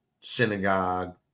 synagogue